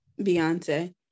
Beyonce